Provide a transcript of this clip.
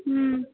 ह्म्म